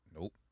Nope